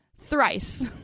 thrice